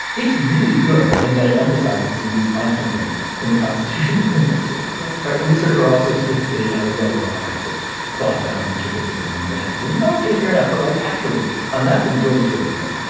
it's really good in that it emphasizes the need to find something in the constitution to pin this to right and we sort of are also sophisticated now that we all roll our eyes at class bound and interpretive ism and what have you. know okay fair enough but like actually on that the majority is really good.